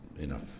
enough